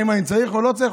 האם אני צריך או לא צריך?